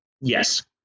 Yes